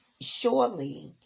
surely